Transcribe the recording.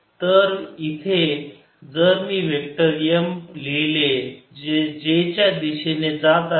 तर इथे जर मी वेक्टर M लिहिले जे j च्या दिशेने आहे